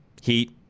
heat